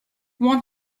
want